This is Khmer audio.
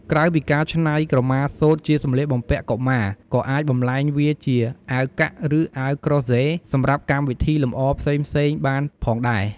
ក្រៅពីការច្នៃក្រមាសូត្រជាសម្លៀកបំពាក់កុមារ ក៏អាចបំលែងវាជា អាវកាក់ ឬ អាវក្រោះហ្សេ សម្រាប់កម្មវិធីលម្អផ្សេងៗបានផងដែរ។